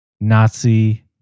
Nazi